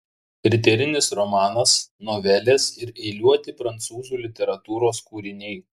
riterinis romanas novelės ir eiliuoti prancūzų literatūros kūriniai